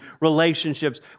relationships